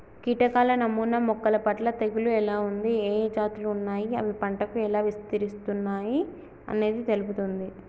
కీటకాల నమూనా మొక్కలపట్ల తెగులు ఎలా ఉంది, ఏఏ జాతులు ఉన్నాయి, అవి పంటకు ఎలా విస్తరిస్తున్నయి అనేది తెలుపుతుంది